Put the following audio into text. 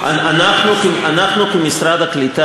אנחנו כמשרד העלייה